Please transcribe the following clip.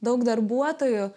daug darbuotojų